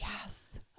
Yes